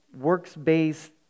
works-based